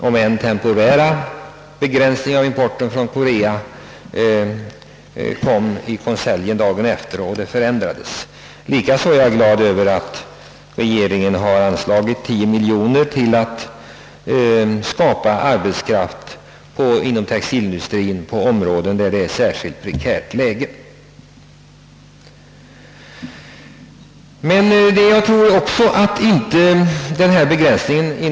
Den temporärt begränsade importen från Korea, om vilken beslut fattades i konselj dagen efter frågesvaret, gjorde att läget blev något bättre, Likaså är jag glad över att regeringen har anslagit 10 miljoner kronor för att skapa arbetstillfällen inom textilindustrien på orter där läget är särskilt prekärt. även om 10 miljoner kronor inte räcker långt.